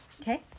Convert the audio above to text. Okay